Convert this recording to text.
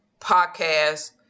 podcast